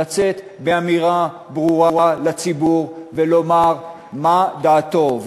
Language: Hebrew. לצאת באמירה ברורה לציבור ולומר מה דעתו.